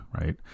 right